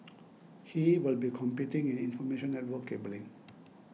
he will be competing in information network cabling